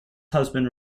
husband